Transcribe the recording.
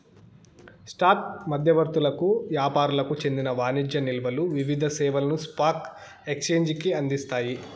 stock మధ్యవర్తులకు యాపారులకు చెందిన వాణిజ్య నిల్వలు వివిధ సేవలను స్పాక్ ఎక్సేంజికి అందిస్తాయి